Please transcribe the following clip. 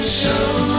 show